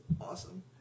awesome